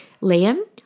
Liam